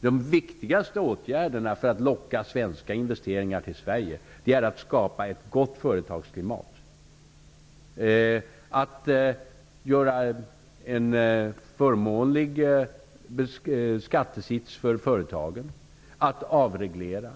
De viktigaste åtgärderna för att locka svenska investeringar till Sverige är att skapa ett gott företagsklimat, att skapa en förmånlig skattesits för företagen och att avreglera.